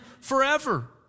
forever